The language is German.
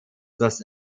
das